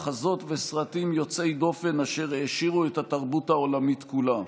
מחזות וסרטים יוצאי דופן אשר העשירו את התרבות העולמית כולה.